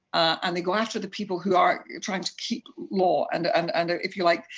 and they go after the people who are trying to keep law, and and and if you like,